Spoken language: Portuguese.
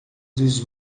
dos